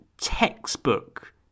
textbook